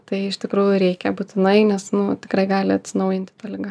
tai iš tikrųjų reikia būtinai nes nu tikrai gali atsinaujinti ta liga